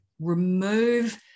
remove